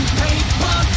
paper